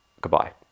Goodbye